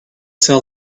sell